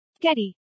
Getty